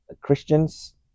Christians